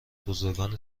بزرگان